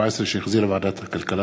יכול להיות שהיו מפסידים בכל שלוש ההצבעות,